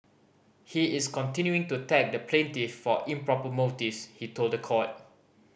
he is continuing to attack the plaintiff for improper motives he told the court